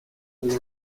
with